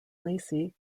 lacey